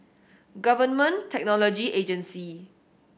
Government Technology Agency